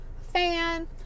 fan